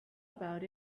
about